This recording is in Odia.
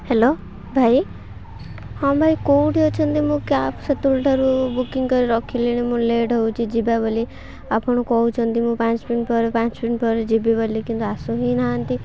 ହ୍ୟାଲୋ ଭାଇ ହଁ ଭାଇ କେଉଁଠି ଅଛନ୍ତି ମୁଁ କ୍ୟାବ୍ ସେତେବେଳ ଠାରୁ ବୁକିଂ କରି ରଖିଲିଣି ମୁଁ ଲେଟ୍ ହେଉଛି ଯିବା ବୋଲି ଆପଣ କହୁଛନ୍ତି ମୁଁ ପାଞ୍ଚ ମିନିଟ୍ ପରେ ପାଞ୍ଚ ମିନିଟ୍ ପରେ ଯିବି ବୋଲି କିନ୍ତୁ ଆସୁ ହିଁ ନାହାନ୍ତି